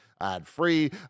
ad-free